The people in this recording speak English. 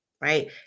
right